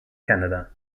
canada